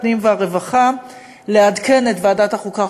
הפנים והרווחה לעדכן את ועדת החוקה,